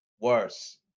worse